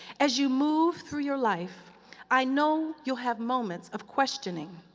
as you move through your life i know you'll have moments of questioning.